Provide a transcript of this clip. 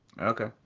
Okay